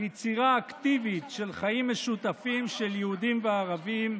ליצירה אקטיבית של חיים משותפים של יהודים וערבים,